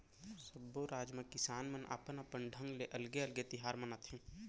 सब्बो राज म किसान मन अपन अपन ढंग ले अलगे अलगे तिहार मनाथे